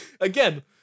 again